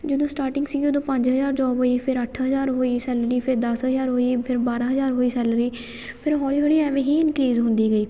ਜਦੋਂ ਸਟਾਰਟਿੰਗ ਸੀ ਉਦੋਂ ਪੰਜ ਹਜ਼ਾਰ ਜੋਬ ਹੋਈ ਫਿਰ ਅੱਠ ਹਜ਼ਾਰ ਹੋਈ ਸੈਲਰੀ ਫਿਰ ਦਸ ਹਜ਼ਾਰ ਹੋਈ ਫਿਰ ਬਾਰਾਂ ਹਜ਼ਾਰ ਹੋਈ ਸੈਲਰੀ ਫਿਰ ਹੌਲੀ ਹੌਲੀ ਐਵੇਂ ਹੀ ਇਨਕ੍ਰੀਜ਼ ਹੁੰਦੀ ਗਈ